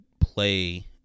play